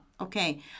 okay